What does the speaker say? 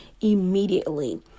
immediately